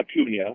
Acuna